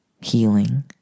healing